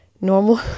normal